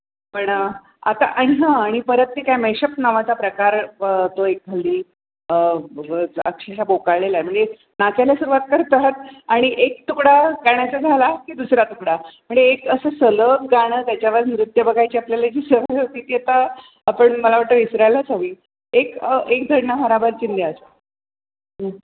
पण आता आणि हा आणि परत ते काय मॅशप नावाचा प्रकार तो एक हल्ली अक्षरश बोकाळलेला आहे म्हणजे नाचायला सुरवात करतात आणि एक तुकडा गाण्याचा झाला की दुसरा तुकडा म्हणजे एक असं सलग गाणं त्याच्यावर नृत्य बघायची आपल्याला जी सवय होती ती आता आपण मला वाटतं विसरायलाच हवी एक एक धड ना भाराभर चिंध्या